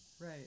right